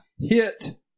Hit